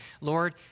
Lord